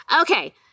Okay